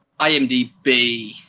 IMDb